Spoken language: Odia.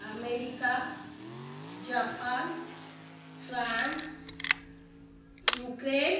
America Japan France Ukraine